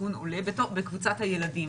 הסיכון עולה בקבוצת הילדים.